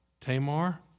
Tamar